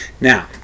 Now